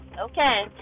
okay